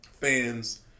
fans